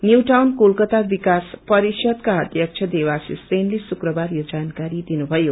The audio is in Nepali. न्यू टाउन कोलकाता बिकास परिष्दका अध्यक्ष देवाशीष सेनले शुक्कबार यो जानकारी दिनु भयो